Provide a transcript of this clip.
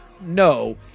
No